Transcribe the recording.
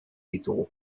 ditugu